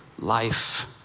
life